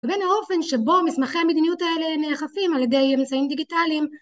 ובין האופן שבו מסמכי המדיניות האלה נאכפים על ידי מסייעים דיגיטליים